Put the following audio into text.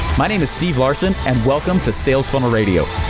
my name is steve larsen, and welcome to sales funnel radio.